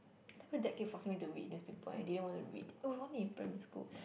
then my dad kept forcing me to read newspaper I didn't want to read it was only in primary school